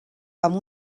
amb